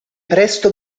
presto